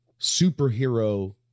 superhero